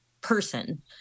person